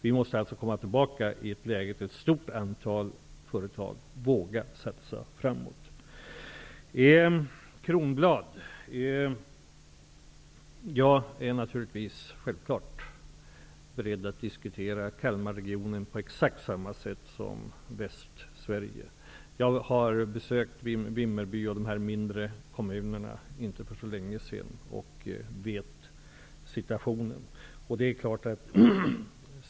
Vi måste alltså komma tillbaka till ett läge där ett stort antal företag vågar satsa framåt. Till Bengt Kronblad vill jag säga att jag självklart är beredd att diskutera Kalmarregionen på exakt samma sätt som Västsverige. Jag har besökt Vimmerby och de kommunerna för inte så länge sedan och vet mindre om situationen.